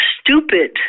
stupid